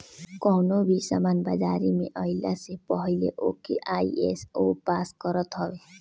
कवनो भी सामान बाजारी में आइला से पहिले ओके आई.एस.ओ पास करत हवे